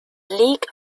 league